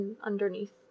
underneath